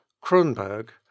Kronberg